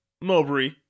Mowbray